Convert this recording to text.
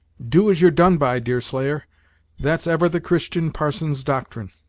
do as you're done by, deerslayer that's ever the christian parson's doctrine.